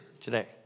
today